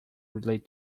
relate